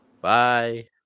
Bye